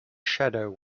shadow